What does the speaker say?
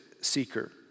seeker